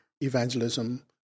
evangelism